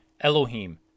Elohim